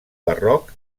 barroc